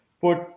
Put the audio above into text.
put